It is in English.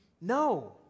No